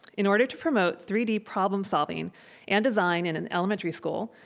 in order to promote three d problem solving and design in an elementary school,